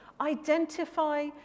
identify